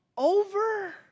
over